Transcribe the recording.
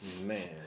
Man